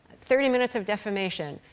thirty minutes of defamation.